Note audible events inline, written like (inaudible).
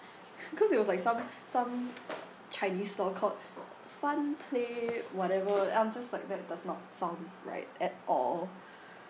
cause it was like some some chinese store called fun play whatever I'm just like that does not sound right at all (breath)